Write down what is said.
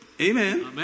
Amen